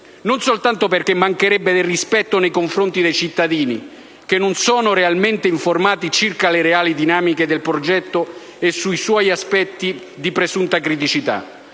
non soltanto perché mancherebbe il rispetto nei confronti dei cittadini, che non sono realmente informati circa le reali dinamiche del progetto e sui suoi aspetti di presunta criticità;